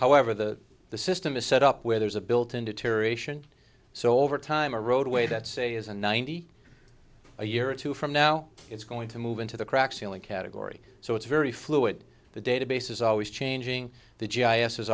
however the the system is set up where there's a built in deterioration so over time a roadway that say is a ninety a year or two from now it's going to move into the cracks sealing category so it's very fluid the database is always changing the g i s